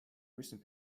recent